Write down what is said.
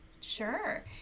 Sure